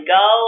go